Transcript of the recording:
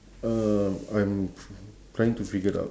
uh I'm trying to figure out